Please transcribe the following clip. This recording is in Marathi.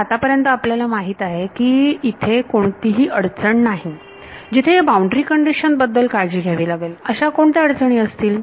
तर आतापर्यंत आपल्याला माहिती आहे की येथे कोणतीही अडचण नाही जिथे या बाउंड्री कंडिशन बद्दल काळजी घ्यावी लागेल अशा कोणत्या अडचणी असतील